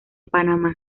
panamá